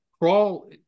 Crawl